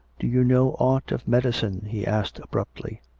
do you know aught of medicine? he asked abruptly.